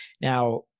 Now